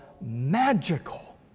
magical